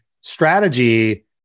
Strategy